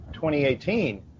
2018